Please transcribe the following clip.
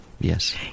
yes